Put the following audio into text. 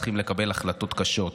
צריכים לקבל החלטות קשות.